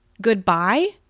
goodbye